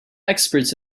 experts